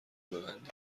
ببندید